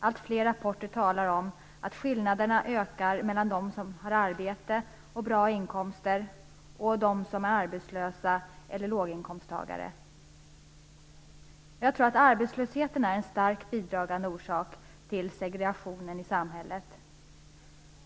Alltfler rapporter talar om att skillnaderna ökar mellan dem som har arbete och bra inkomster och dem som är arbetslösa eller låginkomsttagare. Arbetslösheten är en starkt bidragande orsak till segregationen i samhället.